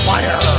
Fire